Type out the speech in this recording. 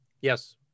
Yes